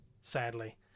sadly